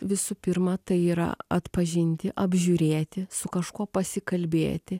visų pirma tai yra atpažinti apžiūrėti su kažkuo pasikalbėti